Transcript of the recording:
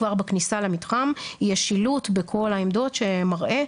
כבר בכניסה למתחם יש שילוט בכל העמדות שמראה